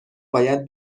باید